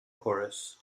chorus